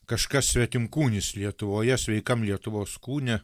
kažkas svetimkūnis lietuvoje sveikam lietuvos kūne